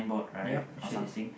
yup shades